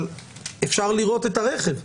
אבל אפשר לראות את הרכב.